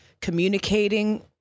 communicating